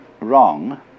wrong